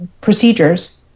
procedures